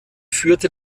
führte